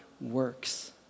works